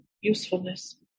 usefulness